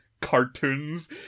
cartoons